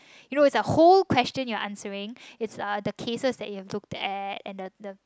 you know it's a whole question you're answering it's uh the cases that you've looked at and the the